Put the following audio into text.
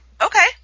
Okay